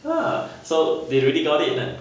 !huh! so they really got it lah